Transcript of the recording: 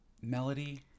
Melody